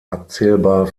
abzählbar